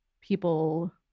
people